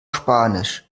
spanisch